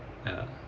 ya